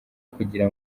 kugira